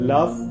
Love